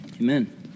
Amen